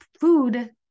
food